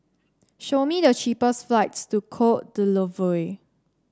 show me the cheapest flights to Cote d'Ivoire